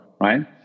right